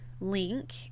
link